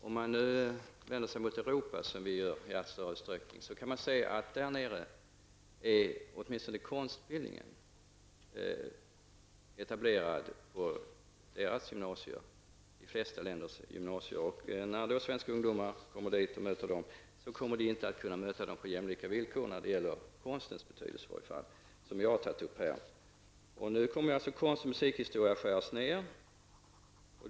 Om man vänder sig mot Europa, som vi gör i allt större utsträckning, kan man se att åtminstone konstutbildning är etablerad på gymnasiet i de flesta länder. När svenska ungdomar kommer dit och möter människor där kommer de inte att kunna möta dem på jämlika villkor på konstområdet, som jag tagit upp här. Nu kommer alltså ämnet konst och musikhistoria att skäras ned.